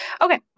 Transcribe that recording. Okay